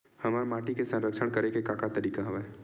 हमर माटी के संरक्षण करेके का का तरीका हवय?